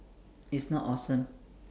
is not awesome